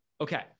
Okay